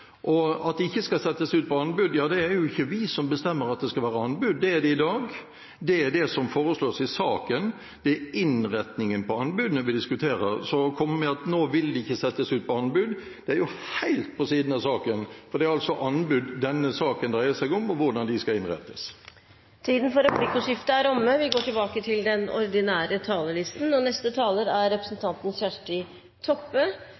det at man ikke skal settes ut på anbud, er det jo ikke vi som bestemmer at det skal være anbud. Det er slik i dag. Det som foreslås i saken, og som vi diskuterer, er innretningen på anbudene. Så å komme med at man ikke vil settes ut på anbud, er helt på siden av saken, for det er altså anbud denne saken dreier seg om, og hvordan de skal innrettes. Replikkordskiftet er omme. Ideelle organisasjonar er, og